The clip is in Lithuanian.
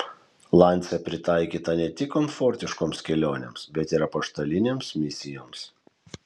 lancia pritaikyta ne tik komfortiškoms kelionėms bet ir apaštalinėms misijoms